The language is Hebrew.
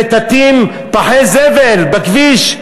שמטאטאים, פחי זבל בכביש.